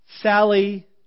Sally